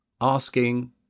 asking